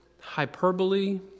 hyperbole